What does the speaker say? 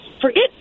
Forget